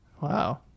Wow